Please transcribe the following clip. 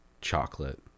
chocolate